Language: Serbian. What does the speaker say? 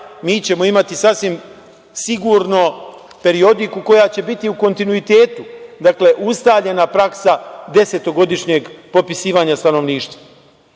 mi ćemo imati sasvim sigurno periodiku koja će biti u kontinuitetu ustaljena praksa desetogodišnjeg popisivanja stanovništva. Ono